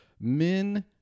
men